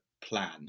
plan